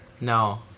No